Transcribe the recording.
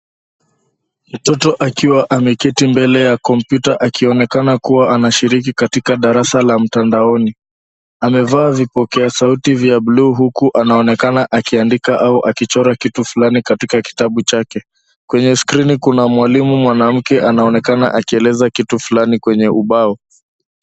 Mtoto akiwa ameketi mbele ya kompyuta akiwa akionekana kuwa anashiriki katika darasa la mtandaoni. Amevaa vipokea sauti vya buluu huku anaonekana akiandika au akichora kitu fulani katika kitabu chake. Kwenye skrini kuna mwalimu mwanamke anaonekana akieleza kitu fulani kwenye ubao.